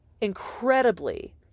incredibly